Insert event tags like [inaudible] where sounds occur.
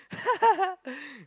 [laughs]